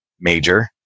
major